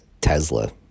Tesla